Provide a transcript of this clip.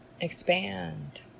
expand